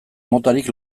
motarik